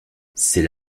c’est